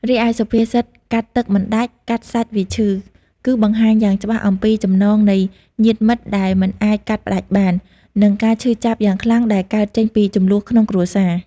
រីឯសុភាសិត កាត់ទឹកមិនដាច់ កាត់សាច់វាឈឺ គឺបង្ហាញយ៉ាងច្បាស់អំពីចំណងនៃញាតិមិត្តដែលមិនអាចកាត់ផ្តាច់បាន និងការឈឺចាប់យ៉ាងខ្លាំងដែលកើតចេញពីជម្លោះក្នុងគ្រួសារ។